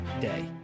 day